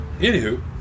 anywho